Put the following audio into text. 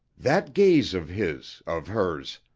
that gaze of his, of hers,